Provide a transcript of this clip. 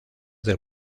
del